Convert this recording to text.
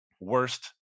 worst